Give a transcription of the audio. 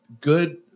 good